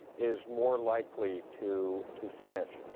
is more likely to to finish.